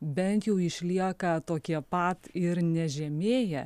bent jau išlieka tokie pat ir nežemėja